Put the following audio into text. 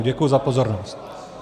Děkuji za pozornost.